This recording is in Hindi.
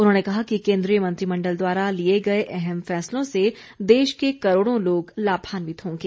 उन्होंने कहा कि केंद्रीय मंत्रिमण्डल द्वारा लिए गए अहम फैसलों से देश के करोड़ों लोग लाभान्वित होंगे